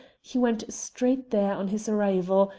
he went straight there on his arrival,